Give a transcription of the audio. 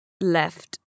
left